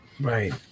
Right